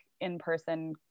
in-person